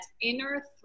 inner